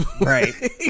Right